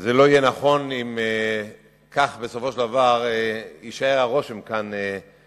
שזה לא יהיה נכון אם כך בסופו של דבר יישאר הרושם במליאה.